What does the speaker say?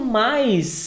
mais